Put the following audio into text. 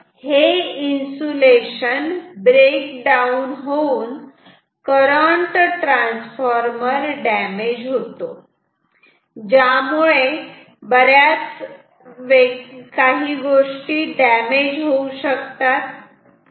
तर हे insulation breakdown होऊन करंट ट्रान्सफॉर्मर डॅमेज होतो ज्यामुळे बऱ्याच गोष्टी डॅमेज होऊ शकतात